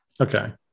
Okay